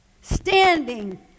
standing